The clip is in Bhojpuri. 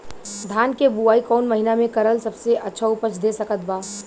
धान के बुआई कौन महीना मे करल सबसे अच्छा उपज दे सकत बा?